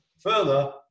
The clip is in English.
Further